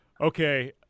Okay